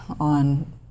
on